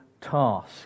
task